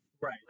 Right